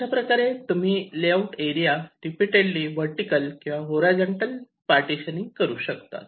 अशाप्रकारे तुम्ही layout area repeatedly vertical किंवा होरायझॉन्टल पार्टीशनिंग करू शकतात